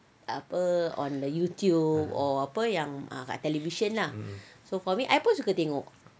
apa on the YouTube or apa yang dekat television ah so for me I pun suka tengok